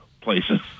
places